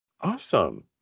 Awesome